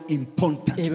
important